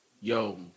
Yo